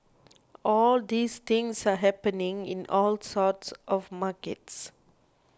all these things are happening in all sorts of markets